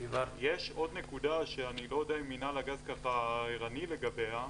יש עוד נקודה שאני לא יודע אם מינהל הגז ערני לגביה,